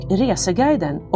reseguiden